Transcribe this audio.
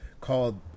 called